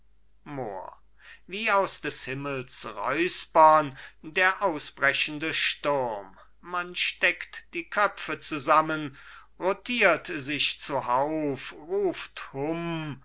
wie aus des himmels räuspern der ausbrechende sturm man steckt die köpfe zusammen rottiert sich zuhauf ruft hum